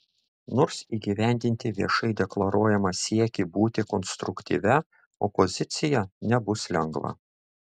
nors įgyvendinti viešai deklaruojamą siekį būti konstruktyvia opozicija nebus lengva